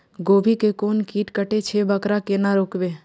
गोभी के कोन कीट कटे छे वकरा केना रोकबे?